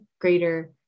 greater